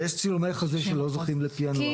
יש צילומי חזה שלא זוכים לפענוח.